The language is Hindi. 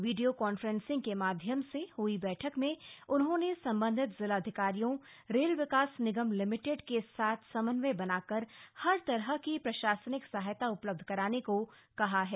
वीडियो कॉन्फ्रेंसिंग के माध्यम से हुई बैठक में उन्होंने संबंधित जिलाधिकारियों रेल विकास निगम लिमिटेड आरवीएनएल के साथ समन्वय बनाकर हर तरह की प्रशासनिक सहायता उपलब्ध कराने को कहा है